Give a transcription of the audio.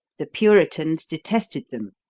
the puritans detested them,